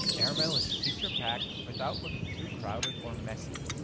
airmail is feature packed without looking too crowded or messy.